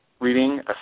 reading